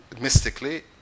mystically